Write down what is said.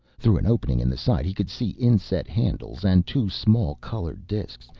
through an opening in the side he could see inset handles and two small colored disks,